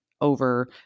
over